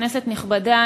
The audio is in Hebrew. כנסת נכבדה,